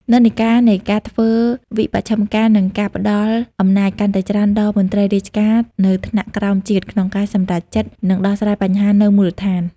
និន្នាការនៃការធ្វើវិមជ្ឈការនឹងផ្តល់អំណាចកាន់តែច្រើនដល់មន្ត្រីរាជការនៅថ្នាក់ក្រោមជាតិ ក្នុងការសម្រេចចិត្ត និងដោះស្រាយបញ្ហានៅមូលដ្ឋាន។